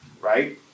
right